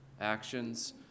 actions